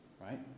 right